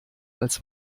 als